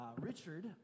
Richard